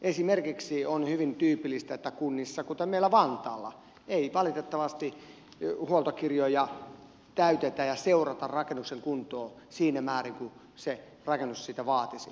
esimerkiksi on hyvin tyypillistä että kunnissa kuten meillä vantaalla ei valitettavasti huoltokirjoja täytetä ja seurata rakennuksen kuntoa siinä määrin kuin se rakennus sitä vaatisi